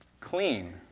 clean